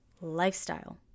lifestyle